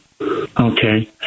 okay